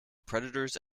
predators